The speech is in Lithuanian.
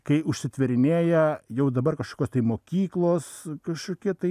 kai užsitvėrinėja jau dabar kažkokios tai mokyklos kažkokie tai